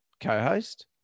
co-host